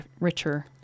richer